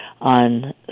on